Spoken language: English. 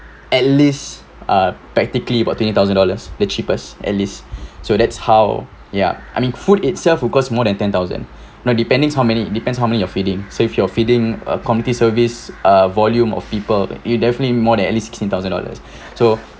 at least ah practically about twenty thousand dollars the cheapest at least so that's how ya I mean food itself would cost more than ten thousand like depending how many depends how many you're feeding so if you're feeding a community service a volume of people you definitely more than at least sixteen thousand dollars so